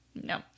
No